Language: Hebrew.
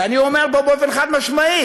ואני אומר פה באופן חד-משמעי